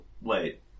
wait